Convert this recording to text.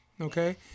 okay